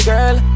Girl